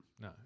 No